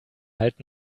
halt